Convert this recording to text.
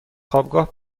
خوابگاه